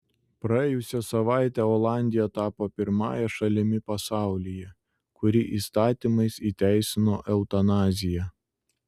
praėjusią savaitę olandija tapo pirmąja šalimi pasaulyje kuri įstatymais įteisino eutanaziją